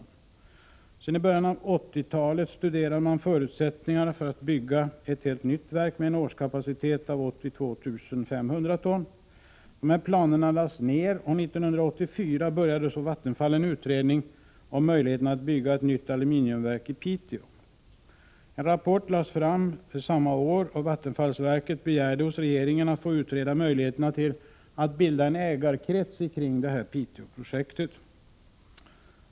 10 april 1985 Sedan början av 1980-talet studerade man vidare förutsättningar för att bygga ett nytt verk med en årskapacitet av 82 500 ton. Dessa planer lades ner, och 1984 påbörjade Vattenfall en utredning av möjligheten att bygga ett nytt aluminiumverk i Piteå. En rapport lades fram samma år, och vattenfallsverket begärde hos regeringen att få utreda möjligheterna att bilda en ägarkrets till detta Piteåprojekt.